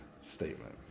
statement